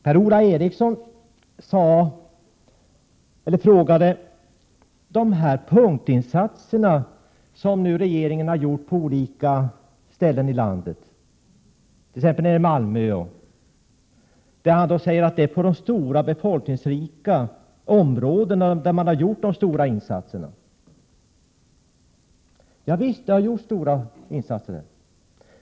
Per-Ola Eriksson pekade på de punktinsatser som regeringen har gjort på olika ställen i landet, t.ex. i Malmö, och sade att det är i de folkrika områdena man har gjort de stora insatserna. Visst har det gjorts stora insatser där.